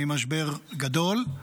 ממשבר גדול.